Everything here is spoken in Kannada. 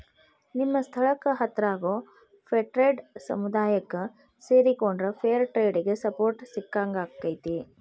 ನಿಮ್ಮ ಸ್ಥಳಕ್ಕ ಹತ್ರಾಗೋ ಫೇರ್ಟ್ರೇಡ್ ಸಮುದಾಯಕ್ಕ ಸೇರಿಕೊಂಡ್ರ ಫೇರ್ ಟ್ರೇಡಿಗೆ ಸಪೋರ್ಟ್ ಸಿಕ್ಕಂಗಾಕ್ಕೆತಿ